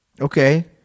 Okay